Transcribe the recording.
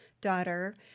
daughter